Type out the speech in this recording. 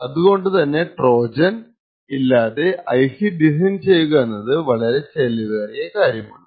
അതുകൊണ്ടുതന്നെ ട്രോജൻ ഇല്ലാതെ IC design ചെയ്യുക എന്നത് വളരെ ചിലവേറിയ കാര്യമാണ്